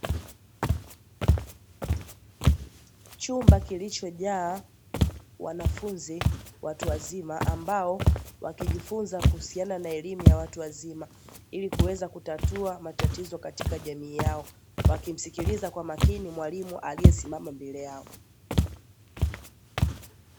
Chumba kilichojaa wanafunzi watu wazima ambao wakijifunza kuhusiana na elimu ya watu wazima ili kuweza kutatua matatizo katika jamii yao, wakimsikiliza kwa makini mwalimu aliyesimama mbele yao.